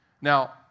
Now